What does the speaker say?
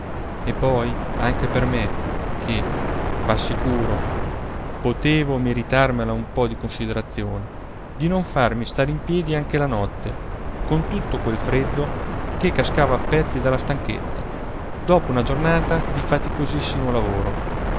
e poi anche per me che v'assicuro potevo meritarmela un po di considerazione di non farmi stare in piedi anche la notte con tutto quel freddo che cascavo a pezzi dalla stanchezza dopo una giornata di faticosissimo lavoro